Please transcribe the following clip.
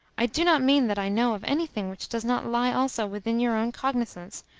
i do not mean that i know of anything which does not lie also within your own cognisance,